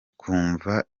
twumva